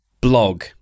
blog